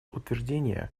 утверждение